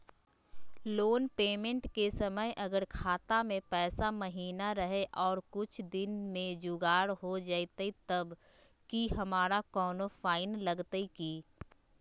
Loan payment के समय अगर खाता में पैसा महिना रहै और कुछ दिन में जुगाड़ हो जयतय तब की हमारा कोनो फाइन लगतय की?